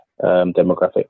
demographic